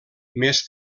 més